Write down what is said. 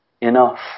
enough